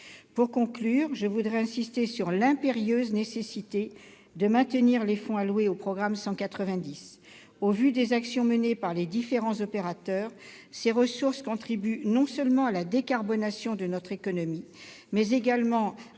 Pour conclure, je voudrais insister sur l'impérieuse nécessité de maintenir les fonds alloués au programme 190. Au vu des actions menées par les différents opérateurs, ces ressources contribuent non seulement à la décarbonation de notre économie, mais également à sa compétitivité face à une